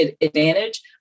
advantage